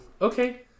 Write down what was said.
Okay